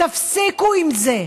תפסיקו עם זה.